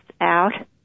out